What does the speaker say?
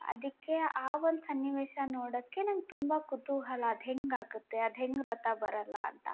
ಅದಕ್ಕೆ ಆ ಒಂದು ಸನ್ನಿವೇಶ ನೋಡೋಕ್ಕೆ ನಂಗೆ ತುಂಬ ಕುತೂಹಲ ಅದು ಹೆಂಗೆ ಆಗುತ್ತೆ ಅದು ಹೆಂಗೆ ರಥ ಬರೋಲ್ಲ ಅಂತ